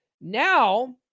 now